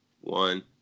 one